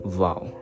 wow